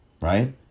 Right